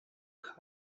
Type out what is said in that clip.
come